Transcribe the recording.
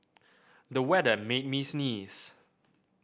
the weather made me sneeze